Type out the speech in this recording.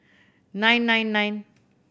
nine nine nine